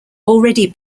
already